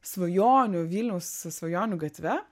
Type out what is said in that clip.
svajonių vilniaus svajonių gatve